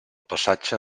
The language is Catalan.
passatge